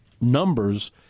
numbers